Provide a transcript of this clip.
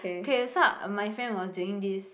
K so uh my friend was doing this